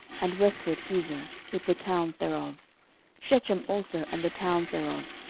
and westward gezer, with the towns thereof shechem also and the towns thereof,